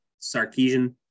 Sarkeesian